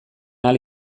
ahal